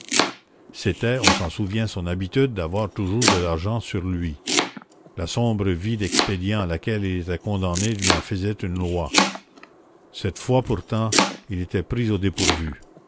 c'était on s'en souvient son habitude d'avoir toujours de l'argent sur lui la sombre vie d'expédients à laquelle il était condamné lui en faisait une loi cette fois pourtant il était pris au dépourvu